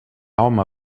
home